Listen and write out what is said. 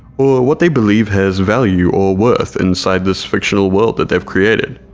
or what they believe has value or worth inside this fictional world that they've created.